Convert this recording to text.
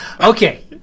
Okay